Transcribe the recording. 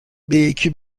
یکی